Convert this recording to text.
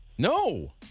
No